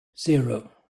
zero